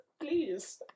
please